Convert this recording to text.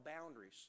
boundaries